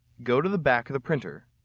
go to the back of the printer.